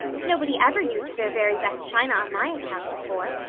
nobody ever used their very best china on my account before.